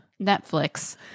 Netflix